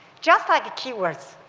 just like key words,